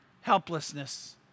helplessness